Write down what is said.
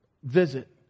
visit